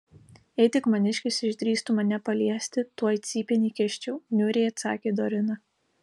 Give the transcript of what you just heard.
jei tik maniškis išdrįstų mane paliesti tuoj cypėn įkiščiau niūriai atsakė dorina